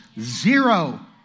Zero